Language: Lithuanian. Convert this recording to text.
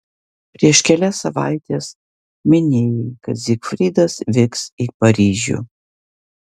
prieš kelias savaites minėjai kad zigfridas vyks į paryžių